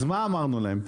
אז מה אמרנו להם?